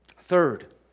Third